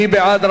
מי בעד?